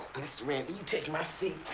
mr. randy, you take my seat.